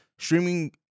streaming